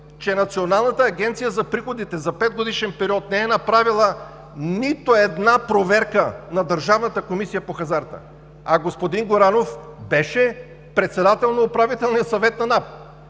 че Националната агенция за приходите за петгодишен период не е направила нито една проверка на Държавната комисия по хазарта, а господин Горанов беше председател на Управителния съвет на НАП.